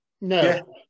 No